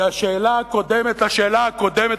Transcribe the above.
כי השאלה הקודמת לשאלה הקודמת,